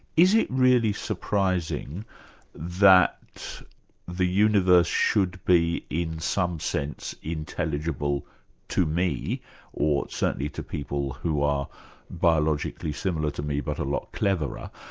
is it really surprising that the universe should be in some sense intelligible to me or certainly to people who are biologically similar to me but a lot cleverer,